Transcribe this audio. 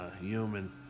human